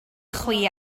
chwi